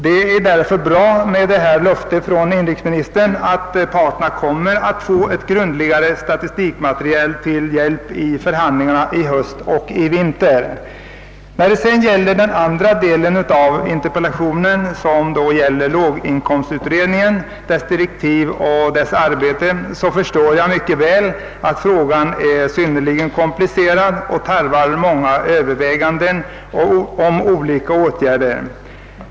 Det är därför bra med detta löfte från inrikesministern, att parterna kommer att få ett grundligare statistikmaterial till hjälp i förhandlingarna i höst och i vinter. Vad beträffar den andra delen av interpellationen, som gäller låginkomstutredningens direktiv och arbete, förstår jag mycket väl att frågan är synnerligen komplicerad och tarvar många överväganden rörande olika åtgärder.